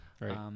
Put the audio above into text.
Right